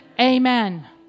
amen